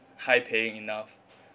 high paying enough